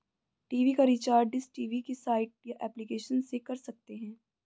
TV का recharge dish TV की site या एप्लीकेशन से कर सकते है